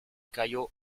cayó